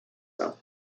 them